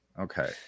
Okay